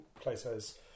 Plato's